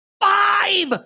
Five